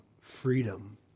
freedom